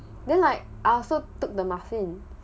then like I also took the muffins